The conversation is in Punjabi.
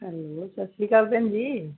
ਹੈਲੋ ਸਤਿ ਸ਼੍ਰੀ ਅਕਾਲ ਭੈਣ ਜੀ